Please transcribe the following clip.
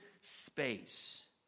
space